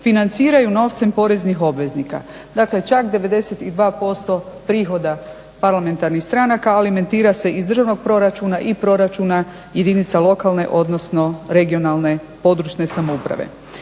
financiraju novcem poreznih obveznika. Dakle čak 92% prihoda parlamentarnih stranaka alimentira se iz državnog proračuna i proračuna jedinice lokalne i područne (regionalna) samouprave.